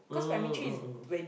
mm mm mm mm